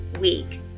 week